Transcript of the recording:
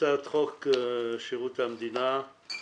הצעת חוק שירות המדינה,